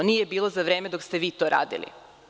Nije bilo za vreme dok ste vi to radili.